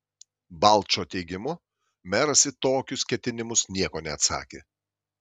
balčo teigimu meras į tokius ketinimus nieko neatsakė